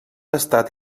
estat